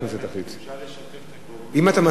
אם אתה מסכים לוועדת חוץ וביטחון אז אין לי בעיה.